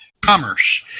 commerce